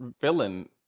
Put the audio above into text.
villain